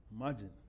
Imagine